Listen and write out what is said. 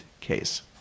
case